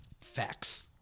facts